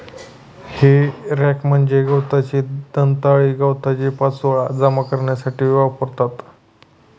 हे रॅक म्हणजे गवताचे दंताळे गवताचा पाचोळा जमा करण्यासाठी वापरतात